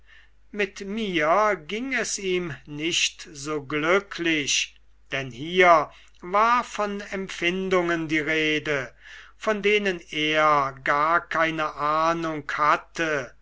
mit mir ging es ihm nicht so glücklich denn hier war von empfindungen die rede von denen er gar keine ahnung hatte